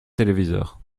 téléviseurs